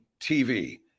TV